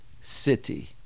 City